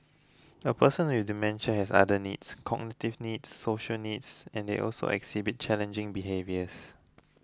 a person with dementia has other needs cognitive needs social needs and they also exhibit challenging behaviours